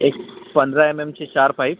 एक पंधरा एमे मचे चार पाईप्स